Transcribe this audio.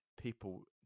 people